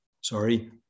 sorry